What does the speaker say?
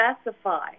specify